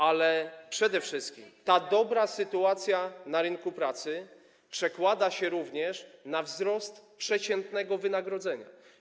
Ale przede wszystkim ta dobra sytuacja na rynku pracy przekłada się również na wzrost przeciętnego wynagrodzenia.